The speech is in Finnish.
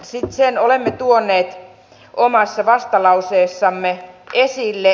sen olemme tuoneet omassa vastalauseessamme esille